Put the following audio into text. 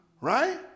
right